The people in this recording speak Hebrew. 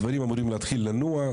הדברים אמורים להתחיל לנוע,